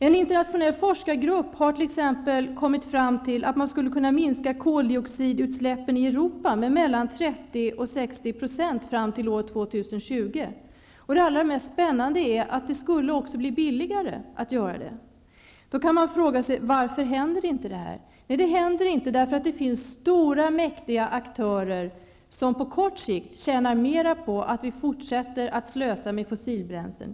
En internationell forskargrupp har t.ex. kommit fram till att man skulle kunna minska koldioxidutsläppen i Europa med 30--60 % fram till år 2020. Det allra mest spännande är att det också skulle bli billigare. Man kan då fråga sig: Varför sker inte detta? Det händer inte därför att det finns stora, mäktiga aktörer som på kort sikt tjänar mer på att vi fortsätter att slösa med fossilbränslen.